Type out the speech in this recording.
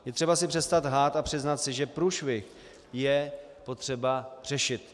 Je třeba si přestat lhát a přiznat si, že průšvih je potřeba řešit.